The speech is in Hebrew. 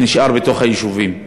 שנשאר בתוך היישובים.